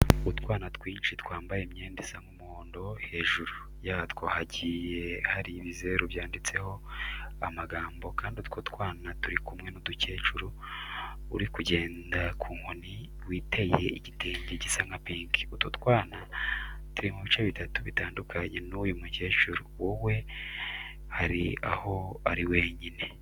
Utwana twinshi twambaye imyenda isa nk'umuhondo, hejuru yatwo hagiye hari ibizeru byanditsemo amagambo kandi utwo twana turi kumwe n'umukecuru uri kugendera ku nkoni witeye igitenge gisa nka pinki. Utu twana turi mu bice bitatu, bitandukanye n'uyu mukecuru kuko we hari aho ari wenyine.